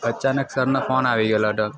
અચાનક સરનો ફોન આવી ગયેલો તો